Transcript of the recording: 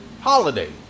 Holiday